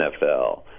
NFL